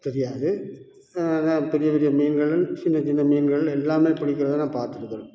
தெரியாது நான் பெரிய பெரிய மீன்கள் சின்ன சின்ன மீன்கள் எல்லாம் பிடிக்கிறத நான் பார்த்துருக்குறேன்